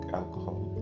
alcohol